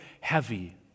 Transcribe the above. heavy